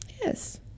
Yes